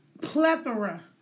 plethora